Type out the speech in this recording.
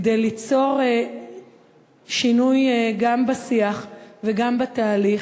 כדי ליצור שינוי גם בשיח וגם בתהליך.